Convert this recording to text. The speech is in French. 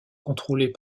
contrôlées